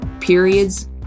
Periods